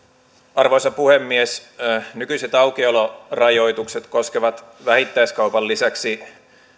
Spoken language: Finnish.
arvoisa puhemies nykyiset aukiolorajoitukset koskevat vähittäiskaupan lisäksi